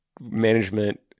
management